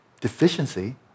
Deficiency